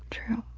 true